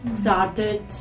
started